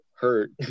hurt